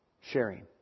Sharing